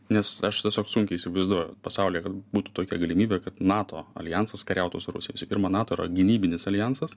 nes aš tiesiog sunkiai įsivaizduoju pasaulyje kad būtų tokia galimybė kad nato aljansas kariautų su rusija visų pirma nato yra gynybinis aljansas